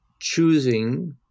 choosing